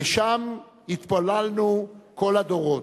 לשם התפללנו כל הדורות.